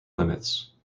limits